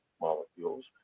molecules